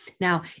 Now